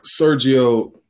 Sergio